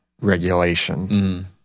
regulation